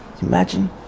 Imagine